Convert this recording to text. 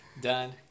Done